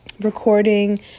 recording